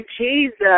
Jesus